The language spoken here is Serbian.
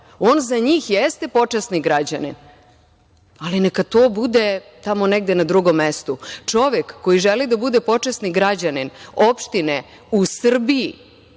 On za njih jeste počasni građanin, ali neka to bude tamo negde na drugom mestu. Čovek koji želi da bude počasni građanin opštine u Srbiji,